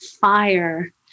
fire